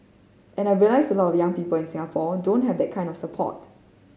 and I realised a lot of young people in Singapore don't have that kind of support